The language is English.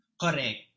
Correct